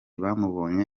bamubonye